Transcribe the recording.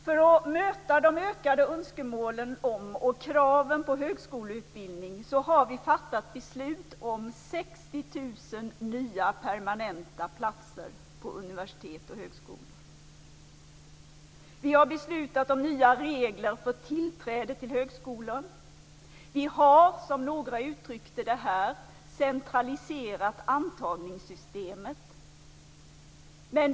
För att möta de ökade önskemålen om och kraven på högskoleutbildning har vi fattat beslut om 60 000 Vi har beslutat om nya regler för tillträde till högskolan. Vi har, som några uttryckte det här, centraliserat antagningssystemet.